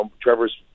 Trevor's